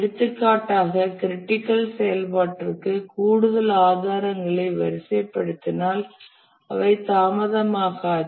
எடுத்துக்காட்டாக க்ரிட்டிக்கல் செயல்பாட்டிற்கு கூடுதல் ஆதாரங்களை வரிசைப்படுத்தினால் அவை தாமதமாகாது